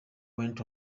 went